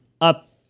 up